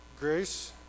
grace